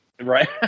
Right